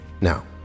now